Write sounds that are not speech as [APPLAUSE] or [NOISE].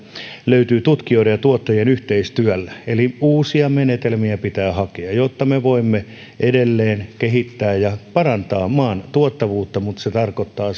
löytyy tutkijoiden ja tuottajien yhteistyöllä eli uusia menetelmiä pitää hakea jotta me voimme edelleen kehittää ja parantaa maan tuottavuutta mutta se tarkoittaa [UNINTELLIGIBLE]